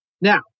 Now